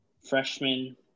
Freshman